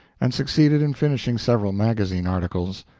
and succeeded in finishing several magazine articles.